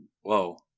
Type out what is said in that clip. Whoa